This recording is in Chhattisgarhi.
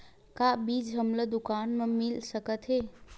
का बीज हमला दुकान म मिल सकत हे?